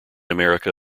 america